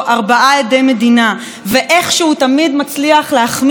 ואיכשהו תמיד מצליח להחמיץ את הדברים המביכים